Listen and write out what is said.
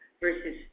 versus